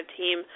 team